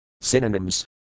Synonyms